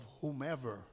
whomever